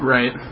Right